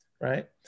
right